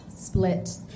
split